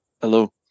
Hello